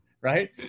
right